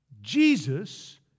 Jesus